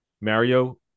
Mario